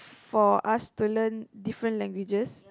for us to learn different languages